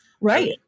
right